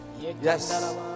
Yes